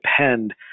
depend